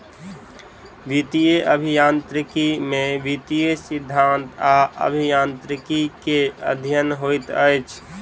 वित्तीय अभियांत्रिकी में वित्तीय सिद्धांत आ अभियांत्रिकी के अध्ययन होइत अछि